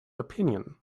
opinion